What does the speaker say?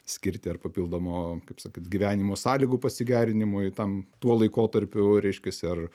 skirti ar papildomo kaip sakyt gyvenimo sąlygų pasigerinimui tam tuo laikotarpiu reiškiasi ar